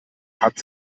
hat